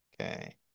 okay